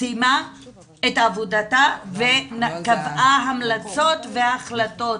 סיימה את עבודתה, קבעה המלצות והחלטות.